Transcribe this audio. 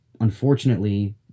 unfortunately